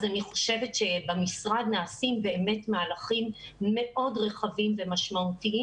אז אני חושבת שבמשרד נעשים באמת מהלכים מאוד רחבים ומשמעותיים